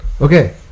Okay